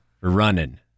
running